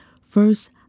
first